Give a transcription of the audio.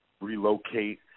relocate